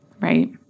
right